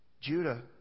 Judah